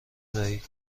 دهید